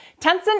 Tencent